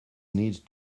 need